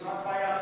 יש רק בעיה אחת,